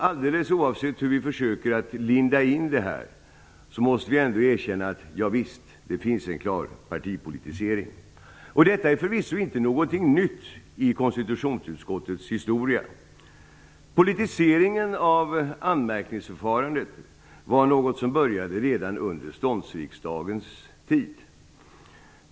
Alldeles oavsett hur vi försöker att linda in detta måste vi erkänna att det finns en klar partipolitisering. Detta är förvisso inte någonting nytt i konstitutionsutskottets historia. Politiseringen av anmärkningsförfarandet började redan under ståndsriksdagens tid.